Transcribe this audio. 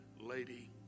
lady